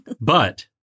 But-